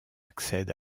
accèdent